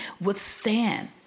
withstand